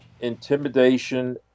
Intimidation